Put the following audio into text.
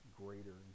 greater